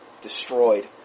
destroyed